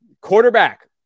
Quarterback